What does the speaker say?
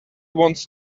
wants